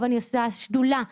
אני עושה שדולה בנושא.